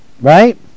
Right